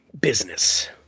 business